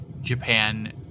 Japan